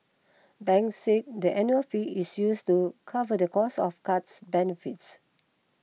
banks said the annual fee is used to cover the cost of cards benefits